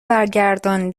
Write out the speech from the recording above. برگردان